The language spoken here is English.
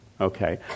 Okay